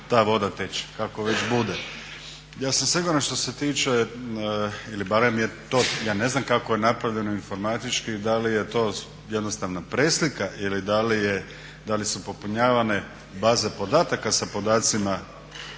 ta voda teče, kako već bude. Ja sam siguran što se tiče ili barem je to, ja ne znam kako je napravljeno informatički i da li je to jednostavna preslika ili da li su popunjavane baze podataka sa podacima na imovinskoj